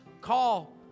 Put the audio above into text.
Call